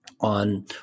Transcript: on